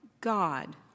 God